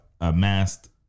amassed